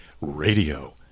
Radio